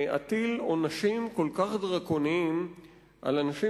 להטיל עונשים כל כך דרקוניים על אנשים